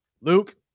Luke